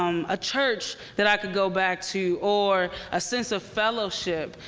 um a church that i could go back to or a sense of fellowship,